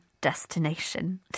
destination